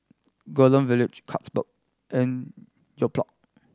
Golden Village Carlsberg and Yoplait